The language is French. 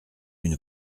une